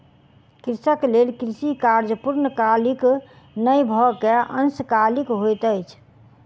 कृषक लेल कृषि कार्य पूर्णकालीक नै भअ के अंशकालिक होइत अछि